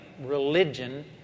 religion